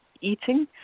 eating